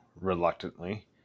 reluctantly